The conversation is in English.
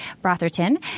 Brotherton